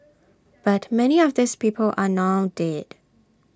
but many of these people are now dead